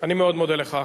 אני מאוד מודה לך.